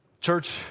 Church